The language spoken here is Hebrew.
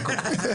מה אתה אומר?